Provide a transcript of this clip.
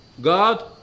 God